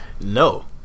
No